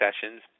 sessions